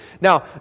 Now